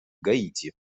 гаити